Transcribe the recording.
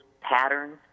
patterns